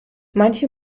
manche